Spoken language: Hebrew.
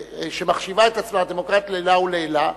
שמחשיבה את עצמה לדמוקרטית לעילא ולעילא,